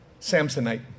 Samsonite